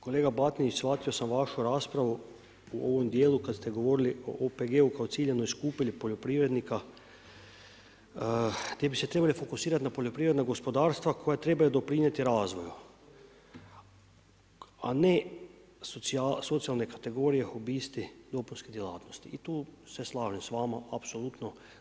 Kolega Batinić shvatio sam vašu raspravu u ovom dijelu kada ste govorili o OPG-u kao ciljanoj skupini poljoprivrednika gdje bi se trebali fokusirati na poljoprivredna gospodarstva koja trebaju doprinijeti razvoju, a ne socijalne kategorije hobisti dopunske djelatnosti i tu se slažem s vama apsolutno.